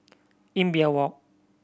Imbiah Walk